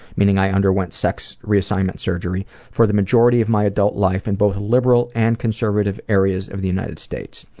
meaning i underwent sex reassignment surgery, for the majority of my adult life in both liberal and conservative areas of the united states.